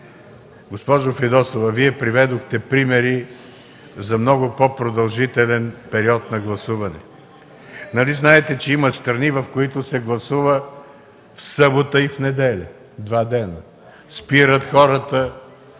Госпожо Фидосова, Вие приведохте примери за много по продължителен период на гласуване. Нали знаете, че има страни, в които се гласува в събота и в неделя – два дена. Спират хората,